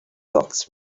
books